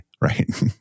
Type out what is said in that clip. right